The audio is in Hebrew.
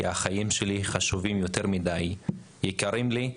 כי החיים שלי חשובים לי ויקרים לי,